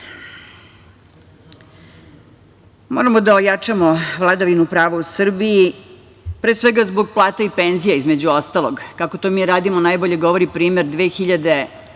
sudije. Moramo da ojačamo vladavinu prava u Srbiji, pre svega zbog plata i penzija, između ostalog. Kako to mi radimo, najbolje govori primer 2012.